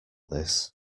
this